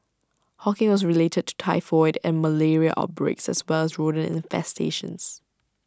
hawking was related to typhoid and malaria outbreaks as well as rodent infestations